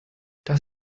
das